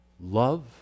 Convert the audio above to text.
love